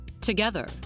Together